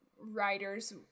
writers